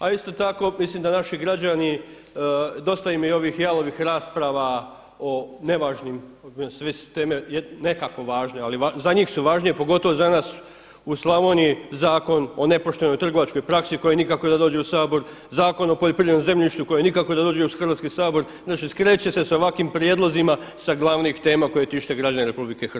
A isto tako mislim da naši građani dosta im je i ovih jalovih rasprava o nevažnim, sve su teme nekako važne, ali za njih su važnije pogotovo za nas u Slavoniji Zakon o nepoštenoj trgovačkoj praksi koji nikako da dođe u Sabor, Zakon o poljoprivrednom zemljištu koji nikako da dođe u Hrvatski sabor, znači skreće se s ovakvim prijedlozima sa glavnih tema koje tište građane RH.